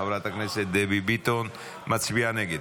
חברת הכנסת דבי ביטון מצביעה נגד.